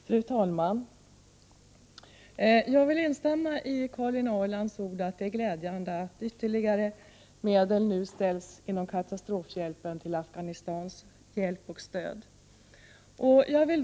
Fru talman! Jag vill instämma i Karin Ahrlands ord om att det är glädjande att ytterligare medel inom katastrofhjälpen nu ställs till förfogande för hjälp och stöd till Afghanistan.